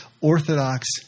Orthodox